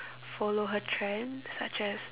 follow her trend such as